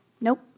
Nope